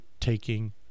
taking